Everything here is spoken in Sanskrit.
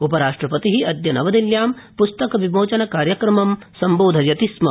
उपराष्ट्रपति अद्य अनवदिल्ल्यां प्स्तकविमोचनकार्यक्रमं सम्बोधयति स्म